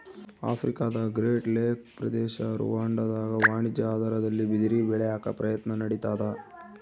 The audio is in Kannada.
ಆಫ್ರಿಕಾದಗ್ರೇಟ್ ಲೇಕ್ ಪ್ರದೇಶದ ರುವಾಂಡಾದಾಗ ವಾಣಿಜ್ಯ ಆಧಾರದಲ್ಲಿ ಬಿದಿರ ಬೆಳ್ಯಾಕ ಪ್ರಯತ್ನ ನಡಿತಾದ